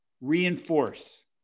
reinforce